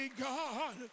God